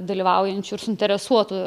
dalyvaujančių ir suinteresuotų